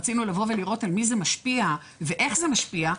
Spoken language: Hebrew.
רצינו לבוא ולראות על מי זה משפיע ואיך זה משפיע.